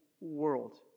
world